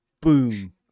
boom